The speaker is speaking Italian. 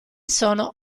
sono